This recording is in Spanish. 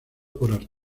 por